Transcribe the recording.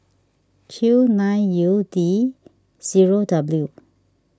Q nine U D zero W